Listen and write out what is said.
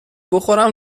بخورم